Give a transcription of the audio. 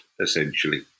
essentially